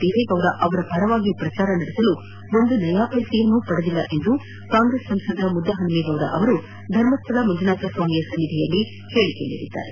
ದೇವೇಗೌಡ ಅವರ ಪರ ಪ್ರಚಾರ ನಡೆಸಲು ಒಂದು ನಯಾ ಪೈಸೆಯನ್ನೂ ಪಡೆದಿಲ್ಲ ಎಂದು ಕಾಂಗ್ರೆಸ್ ಸಂಸದ ಮುದ್ದಹನುಮೇಗೌಡ ಅವರು ಧರ್ಮಸ್ಥಳ ಮಂಜುನಾಥ ಸ್ವಾಮಿಯ ಸನ್ನಿಧಿಯಲ್ಲಿ ಹೇಳಿಕೆ ನೀಡಿದ್ದಾರೆ